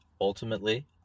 Ultimately